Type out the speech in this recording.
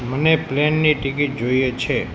મને પ્લેનની ટિકીટ જોઈએ છે